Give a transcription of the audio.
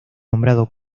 nombrado